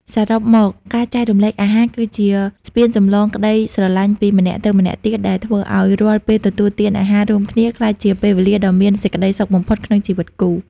សរុបមក ការចែករំលែកអាហារគឺជាស្ពានចម្លងក្ដីស្រឡាញ់ពីម្នាក់ទៅម្នាក់ទៀត ដែលធ្វើឱ្យរាល់ពេលទទួលទានអាហាររួមគ្នា ក្លាយជាពេលវេលាដ៏មានសេចក្ដីសុខបំផុតក្នុងជីវិតគូ។